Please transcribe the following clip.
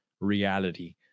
reality